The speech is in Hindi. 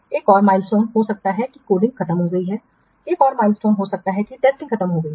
एक और माइलस्टोन हो सकता है कि कोडिंग खत्म हो गई है एक और माइलस्टोन हो सकता है कि परीक्षण खत्म हो गया है